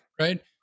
right